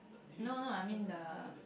no no I mean the